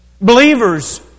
Believers